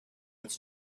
its